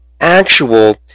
actual